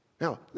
now